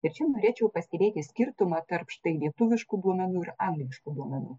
tačiau norėčiau pastebėti skirtumą tarp štai lietuviškų duomenų ir angliškų duomenų